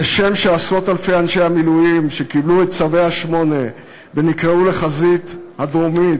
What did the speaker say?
כשם שעשרות-אלפי אנשי המילואים שקיבלו צווי 8 ונקראו לחזית הדרומית,